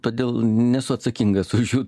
todėl nesu atsakingas už jų